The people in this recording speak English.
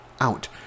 out